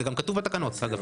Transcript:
זה גם כתוב בתקנות, אגב.